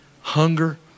hunger